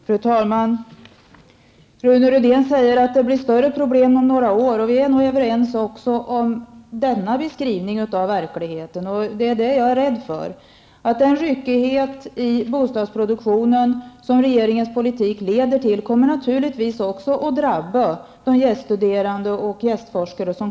Fru talman! Rune Rydén sade att problemen blir större om några år. Därmed är vi överens om den verklighetsbeskrivningen. Jag är rädd för att den ryckighet i bostadsproduktionen som regeringens bostadspolitik leder till kommer att drabba de gäststuderande och gästforskarna.